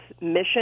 mission